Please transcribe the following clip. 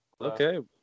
Okay